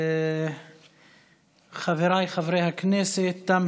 חבריי חברי הכנסת,